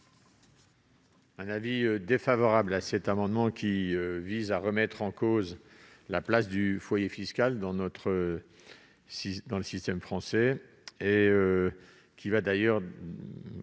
Je suis défavorable à cet amendement, qui vise à remettre en cause la place du foyer fiscal dans le système français, afin de